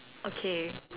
okay